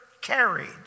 carried